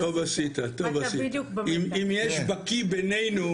החלופה נבחנת אבל צריכה --- זאת אומרת את כל הבקשות שקיבלתם